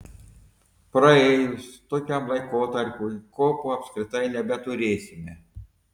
praėjus tokiam laikotarpiui kopų apskritai nebeturėsime